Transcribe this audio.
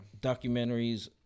documentaries